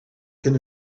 can